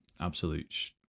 absolute